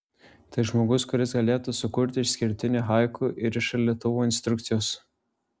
tai žmogus kuris galėtų sukurti išskirtinį haiku ir iš šaldytuvo instrukcijos